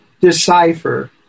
decipher